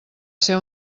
ser